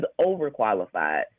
overqualified